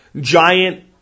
Giant